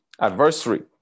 adversary